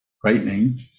frightening